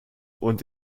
und